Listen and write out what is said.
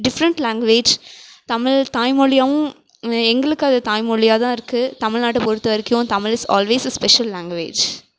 different language Tamil தாய்மொழியாகவும் எங்களுக்கு அது தாய்மொழியாக தான் இருக்குது தமிழ் நாட்டை பொறுத்தவரைக்கும் Tamil is always is special language